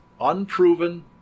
unproven